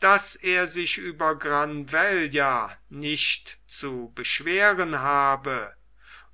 daß er sich über granvella nicht zu beschweren habe